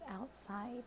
outside